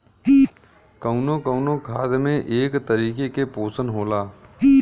कउनो कउनो खाद में एक तरीके के पोशन होला